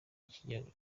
ikigega